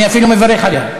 אני אפילו מברך עליה.